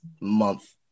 month